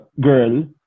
girl